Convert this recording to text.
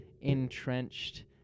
entrenched